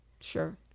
Sure